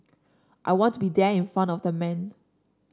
I want to be there in front of the man